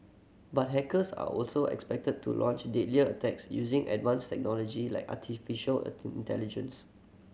but hackers are also expected to launch deadlier attacks using advanced technology like artificial intelligence